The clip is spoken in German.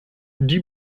die